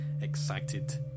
excited